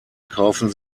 kaufen